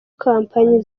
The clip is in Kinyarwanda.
kompanyi